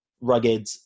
rugged